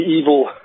evil